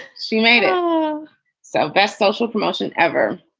she made it um so best social promotion ever.